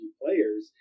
players